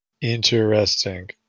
Interesting